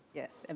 yes. and